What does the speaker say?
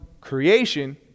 creation